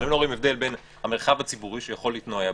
אבל אם לא רואים הבדל בין המרחב הציבורי שהוא יכול להתנועע בו,